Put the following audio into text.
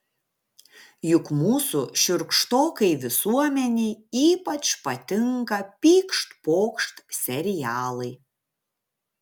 juk mūsų šiurkštokai visuomenei ypač patinka pykšt pokšt serialai